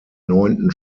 neunten